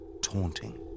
Taunting